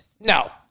No